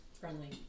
friendly